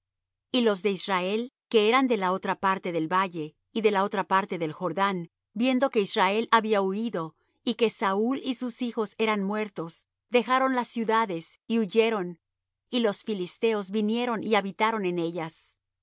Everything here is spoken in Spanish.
y los de israel que eran de la otra parte del valle y de la otra parte del jordán viendo que israel había huído y que saúl y sus hijos eran muertos dejaron las ciudades y huyeron y los filisteos vinieron y habitaron en ellas